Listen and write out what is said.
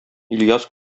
ильяс